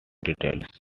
details